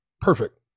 perfect